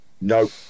No